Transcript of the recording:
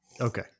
Okay